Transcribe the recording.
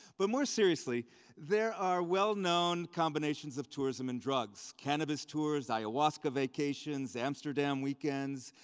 but more seriously there are well-known combinations of tourism and drugs cannabis tours, ayahuasca vacations, amsterdam weekends.